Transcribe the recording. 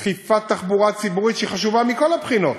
דחיפת תחבורה ציבורית, שהיא חשובה מכל הבחינות,